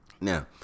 Now